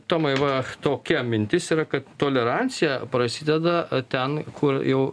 tomai va tokia mintis yra kad tolerancija prasideda ten kur jau